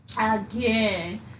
Again